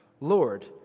Lord